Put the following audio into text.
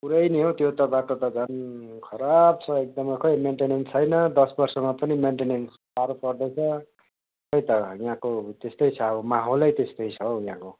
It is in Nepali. पुरै नि हौ त्यो त बाटो त झन् खराब छ एकदमै खै मेन्टेनेन्स छैन दस वर्षमा पनि मेन्टेनेनेस साह्रो पर्दैछ खै त यहाँको त्यस्तै छ माहोलै त्यस्तै छ हौ यहाँको